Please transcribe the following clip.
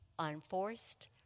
Unforced